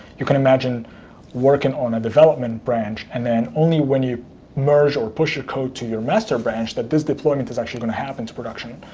you can imagine working on a development branch, and then only when you merge or push your code to your master branch, that this deployment is actually going to happen to production.